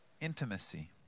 Intimacy